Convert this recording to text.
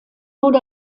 wurde